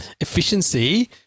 efficiency